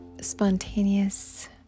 spontaneous